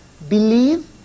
Believe